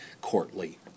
courtly